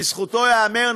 לזכותו ייאמר,